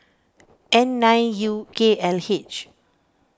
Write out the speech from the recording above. N nine U K L H